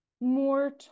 more